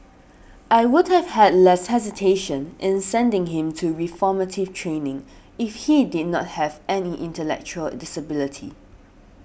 I would have had less hesitation in sending him to reformative training if he did not have any intellectual disability